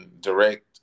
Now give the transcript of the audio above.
direct